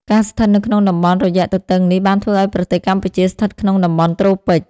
ការស្ថិតនៅក្នុងតំបន់រយៈទទឹងនេះបានធ្វើឲ្យប្រទេសកម្ពុជាស្ថិតក្នុងតំបន់ត្រូពិច។